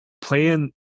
playing